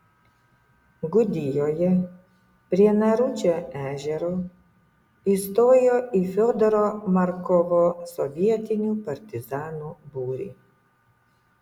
gudijoje prie naručio ežero įstojo į fiodoro markovo sovietinių partizanų būrį